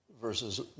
versus